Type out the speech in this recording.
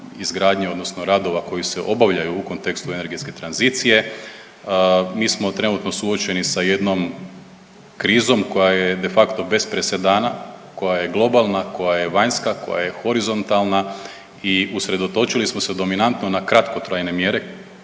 izgradnje odnosno radova koji se obavljaju u kontekstu energetske tranzicije. Mi smo trenutno suočeni sa jednom krizom koja je de facto bez presedana koja je globalna, koja je vanjska, koja je horizontalna i usredotočili smo se dominanto na kratkotrajne mjere